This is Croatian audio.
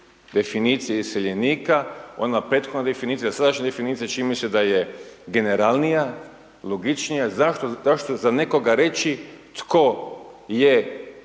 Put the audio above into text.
definicije iseljenika. Ona prethodna definicija, sadašnja definicija .../Govornik se ne razumije./... da je generalnija, logičnija. Zašto za nekoga reći tko je